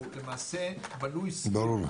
למעשה הוא בנוי --- ברור לי.